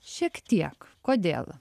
šiek tiek kodėl